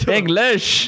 English